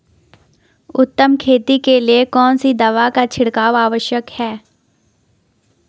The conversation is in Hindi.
उत्तम खेती के लिए कौन सी दवा का छिड़काव आवश्यक है?